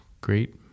Great